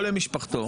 או למשפחתו,